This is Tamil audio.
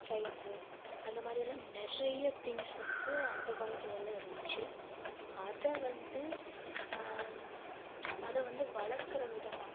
செயின்ஸு அந்த மாதிரி எல்லாம் நிறைய திங்ஸ் வந்து அந்த காலத்திலலாம் இருந்துச்சு அதை வந்து அதை வந்து வளர்க்கிற விதமாக